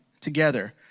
together